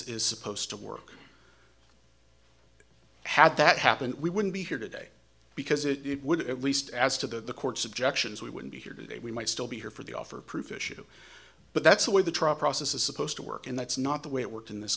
is supposed to work had that happened we wouldn't be here today because it would at least as to the court's objections we wouldn't be here today we might still be here for the offer proof issue but that's the way the trial process is supposed to work and that's not the way it worked in this